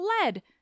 fled